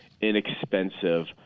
inexpensive